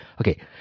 Okay